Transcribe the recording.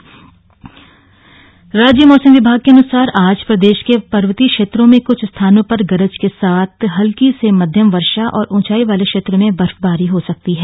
मौसम राज्य मौसम विभाग के अनुसार आज प्रदेश के पर्वतीय क्षेत्रों के कुछ स्थानों पर गरज के साथ हल्की से मध्यम वर्षा और ऊंचाई वाले क्षेत्रों में बर्फवारी हो सकती है